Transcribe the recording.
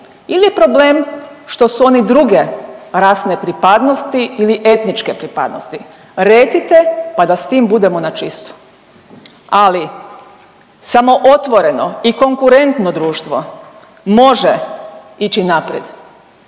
il je problem što su oni druge rasne pripadnosti ili etničke pripadnosti? Recite, pa da s tim budemo na čistu, ali samo otvoreno i konkurentno društvo može ići naprijed.